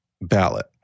ballot